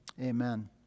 Amen